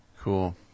Cool